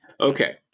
Okay